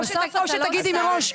או שתגידי מראש: